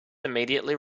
immediately